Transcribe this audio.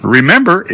Remember